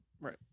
Right